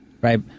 Right